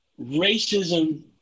racism